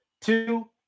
Two